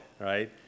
right